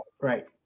right